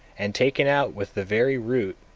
and taken out with the very root,